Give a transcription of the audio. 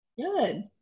Good